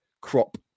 crop